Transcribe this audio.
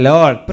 Lord